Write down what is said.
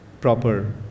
proper